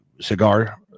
cigar